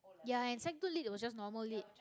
ya and sec two lit was just normal lit